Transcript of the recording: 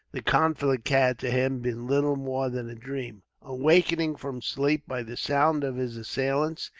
the conflict had, to him, been little more than a dream. awakened from sleep by the sound of his assailants,